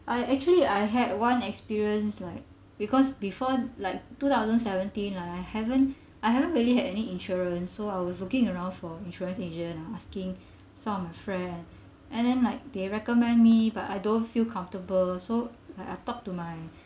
I actually I had one experience like because before like two thousand seventeen lah I haven't I haven't really had any insurance so I was looking around for insurance agent ah asking some of my friend and then like they recommend me but I don't feel comfortable so like I talked to my